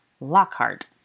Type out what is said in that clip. Lockhart